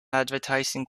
advertising